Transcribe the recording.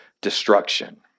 destruction